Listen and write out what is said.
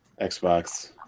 Xbox